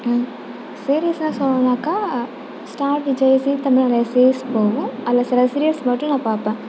சீரிஸ்னால் சொல்லணுன்னாக்கால் Star Vijay Zee Tamil நிறையா series போகும் அதில் சில சீரியல்ஸ் மட்டும் நான் பார்ப்பேன்